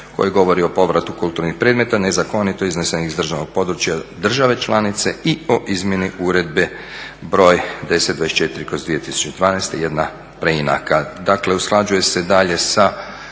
koji govori o povratu kulturnih predmeta nezakonito iznesenih iz državnog područja države članice i o izmjeni Uredbe broj 1024/2012